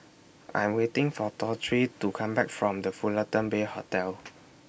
I Am waiting For Torie to Come Back from The Fullerton Bay Hotel